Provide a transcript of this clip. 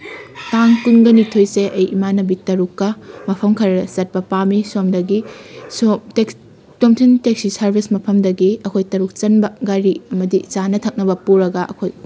ꯇꯥꯡ ꯀꯨꯟꯒꯅꯤꯊꯣꯏꯁꯦ ꯑꯩ ꯏꯃꯥꯟꯅꯕꯤ ꯇꯔꯨꯛꯀ ꯃꯐꯝ ꯈꯔ ꯆꯠꯄ ꯄꯥꯝꯃꯤ ꯁꯣꯝꯗꯒꯤ ꯁꯣꯝ ꯇꯣꯝꯊꯤꯟ ꯇꯦꯛꯁꯤ ꯁꯥꯔꯚꯤꯁ ꯃꯐꯝꯗꯒꯤ ꯑꯩꯈꯣꯏ ꯇꯔꯨꯛ ꯆꯟꯕ ꯒꯥꯔꯤ ꯑꯃꯗꯤ ꯆꯥꯅ ꯊꯛꯅꯕ ꯄꯨꯔꯒ ꯑꯩꯈꯣꯏ